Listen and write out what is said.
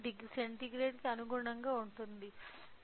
10 సెంటీగ్రేడ్కు అనుగుణంగా ఉంటుంది